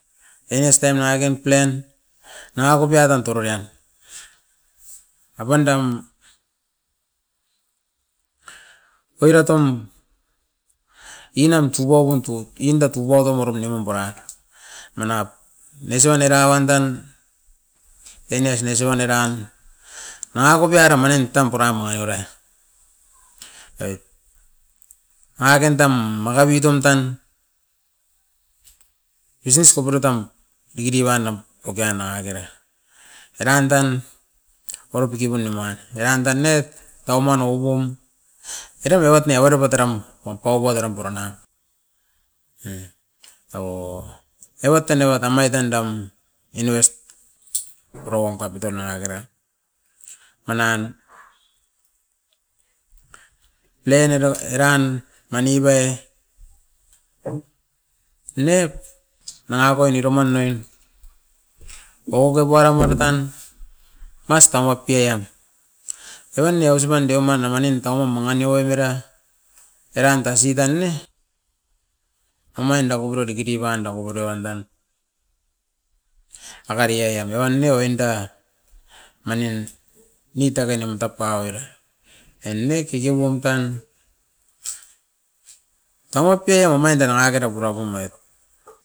Ten years taim nanga kain plan, nanga kopiatan tororian. A pandam oirat oum inam tsugu akom tot inda tsugu atop era to nimpu auvorat. Manap, nesuain era nanga ondan ten years nais owan eran nanga kopiaro manin tam puraim oi raiora, oit. Nanga ken dan makawi tuntan business koporio tan dikidiki wan nem oke nangakera. Eran tan oropukui puneman, eran dan ne taupman oupum eram e oit ne averepat eram pom paup o deram pura nan. O era wat tan aiwat amait tandam, invest purawam capital nangakera, manan plan ena eran mani bei, miniep nanga poin iroman noin. Oke puare mara tan, mast taumap pian, evan ne ausipan deuman amanin tamom mangi nip oit era, eran tasit an ne omain da bobioro diki divan da bobioro wan dan. Dake reai an evan ne oinda manin ni takenim tapaup oira, e ne kiki wam tan, taumap pian omain da nangakera pura pum oit.